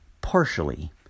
partially